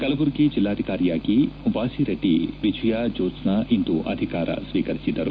ಕಲಬುರಗಿ ಜೆಲ್ಲಾಧಿಕಾರಿಯಾಗಿ ವಾಸಿರೆಡ್ಡಿ ವಿಜಯಾ ಜ್ಯೋತ್ಸ್ನಾ ಇಂದು ಅಧಿಕಾರ ಸ್ವೀಕರಿಸಿದರು